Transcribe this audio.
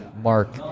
mark